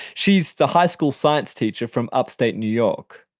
she's the high school science teacher from upstate new york.